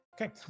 Okay